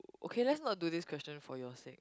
okay let's not do this question for your sake